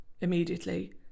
Immediately